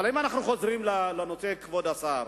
אבל אם אנחנו חוזרים לנושא, כבוד השר,